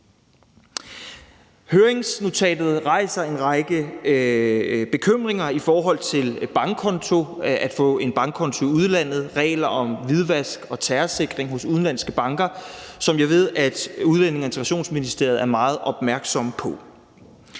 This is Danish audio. Høringsnotatet rejser en række bekymringer i forhold til at få en bankkonto i udlandet og regler om hvidvask og terrorsikring hos udenlandske banker, som jeg ved at Udlændinge- og Integrationsministeriet er meget opmærksom på.